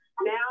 Now